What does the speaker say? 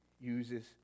uses